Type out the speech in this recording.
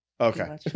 Okay